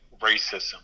racism